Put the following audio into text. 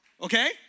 okay